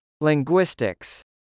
Linguistics